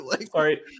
Sorry